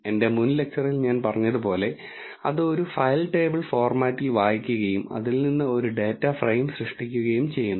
എന്റെ മുൻ ലെക്ച്ചറിൽ ഞാൻ പറഞ്ഞതുപോലെ അത് ഒരു ഫയൽ ടേബിൾ ഫോർമാറ്റിൽ വായിക്കുകയും അതിൽ നിന്ന് ഒരു ഡാറ്റ ഫ്രെയിം സൃഷ്ടിക്കുകയും ചെയ്യുന്നു